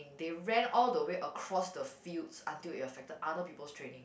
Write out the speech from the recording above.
they ran all the way across the field until it affected other people's training